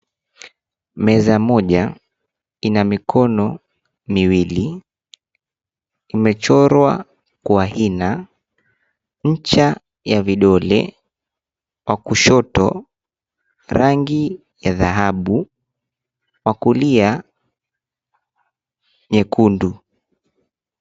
Meza moja ina mikono miwili imechorwa kwa hina, ncha ya vidole kwa kushoto rangi ya dhahabu kwa kulia nyekundu.